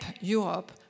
Europe